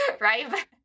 right